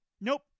nope